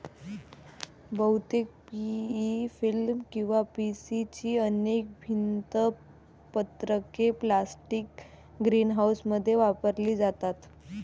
बहुतेक PE film किंवा PC ची अनेक भिंत पत्रके प्लास्टिक ग्रीनहाऊसमध्ये वापरली जातात